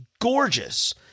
gorgeous